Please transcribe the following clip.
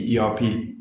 ERP